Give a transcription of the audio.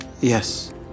Yes